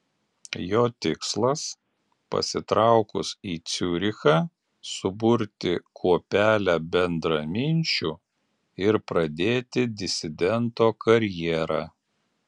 jo tikslas pasitraukus į ciurichą suburti kuopelę bendraminčių ir pradėti disidento karjerą